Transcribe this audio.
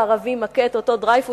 מכה את אותו דרייפוס היהודי,